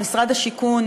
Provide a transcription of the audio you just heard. במשרד השיכון,